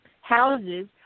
houses